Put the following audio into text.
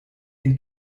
den